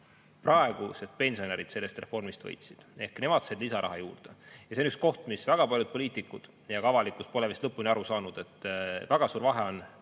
praegused pensionärid sellest reformist võitsid. Nemad said lisaraha juurde. Ja see on üks koht, millest väga paljud poliitikud ja ka avalikkus pole vist lõpuni aru saanud, et väga suur vahe on